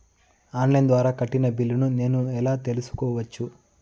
On line ద్వారా కట్టిన బిల్లును నేను ఎలా తెలుసుకోవచ్చు?